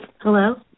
Hello